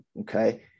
Okay